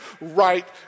right